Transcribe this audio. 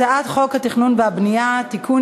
הצעת חוק התכנון והבנייה (תיקון,